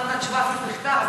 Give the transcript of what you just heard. ועדת הפנים.